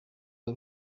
rwo